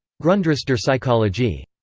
grundriss der psychologie.